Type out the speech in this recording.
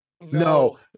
No